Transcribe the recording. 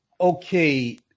okay